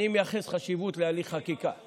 אני מייחס חשיבות להליך חקיקה.